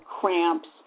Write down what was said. cramps